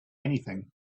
anything